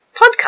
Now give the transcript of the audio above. podcast